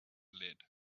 lead